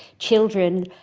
children,